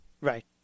right